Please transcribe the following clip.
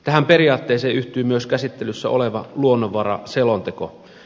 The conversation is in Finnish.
tähän periaatteeseen yhtyy myös käsittelyssä oleva luonnonvaraselonteko